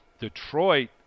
Detroit